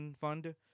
Fund